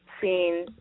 seen